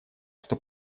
что